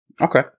Okay